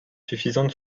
suffisantes